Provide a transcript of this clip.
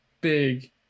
big